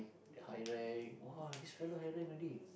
they high rank !wah! this fella high rank already